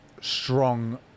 strong